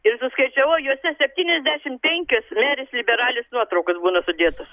ir suskaičiavau juose septyniasdešimt penkios merės liberalės nuotraukos būna sudėtos